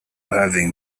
having